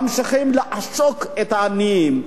ממשיכים לעשוק את העניים,